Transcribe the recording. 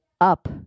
up